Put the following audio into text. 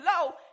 low